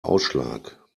ausschlag